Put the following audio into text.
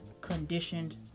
conditioned